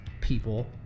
People